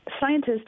scientists